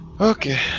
Okay